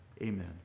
Amen